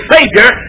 Savior